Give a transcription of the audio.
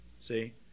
see